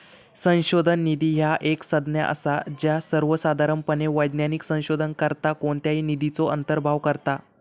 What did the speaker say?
संशोधन निधी ह्या एक संज्ञा असा ज्या सर्वोसाधारणपणे वैज्ञानिक संशोधनाकरता कोणत्याही निधीचो अंतर्भाव करता